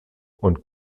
und